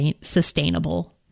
sustainable